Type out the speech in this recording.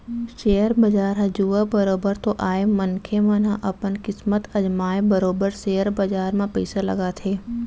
share बजार ह जुआ बरोबर तो आय मनखे मन ह अपन किस्मत अजमाय बरोबर सेयर बजार म पइसा लगाथे